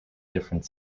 different